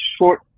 short